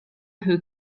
who